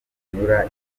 banyura